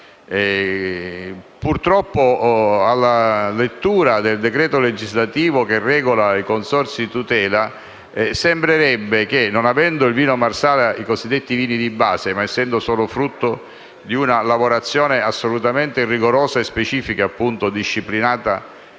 Purtroppo, alla lettura del decreto legislativo che regola i consorzi di tutela sembrerebbe che, non essendo il vino Marsala corrispondente ai cosiddetti vini di base ma essendo solo frutto di una lavorazione assolutamente rigorosa e specifica disciplinata